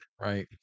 right